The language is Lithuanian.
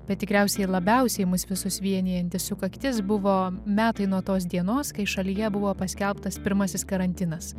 bet tikriausiai labiausiai mus visus vienijanti sukaktis buvo metai nuo tos dienos kai šalyje buvo paskelbtas pirmasis karantinas